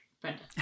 brenda